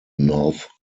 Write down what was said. north